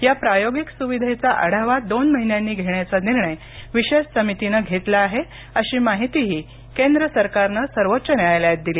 या प्रायोगिक सुविधेचा आढावा दोन महिन्यांनी घेण्याचा निर्णय विशेष समितीन घेतला आहे अशी माहितीही केंद्र सरकारन सर्वोच्च न्यायालयात सांगितलं